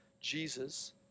Jesus